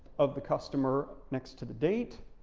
of the customer next to the date,